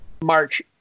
March